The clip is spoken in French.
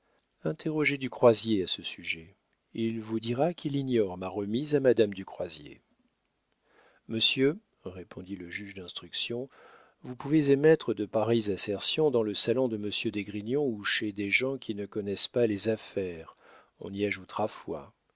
interrogez du croisier à ce sujet il vous dira qu'il ignore ma remise à madame du croisier monsieur répondit le juge d'instruction vous pouvez émettre de pareilles assertions dans le salon de monsieur d'esgrignon ou chez des gens qui ne connaissent pas les affaires on y ajoutera foi